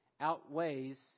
outweighs